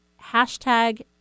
Hashtag